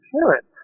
parents